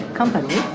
company